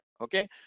okay